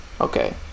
okay